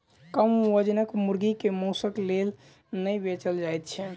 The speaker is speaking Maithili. कम वजनक मुर्गी के मौंसक लेल नै बेचल जाइत छै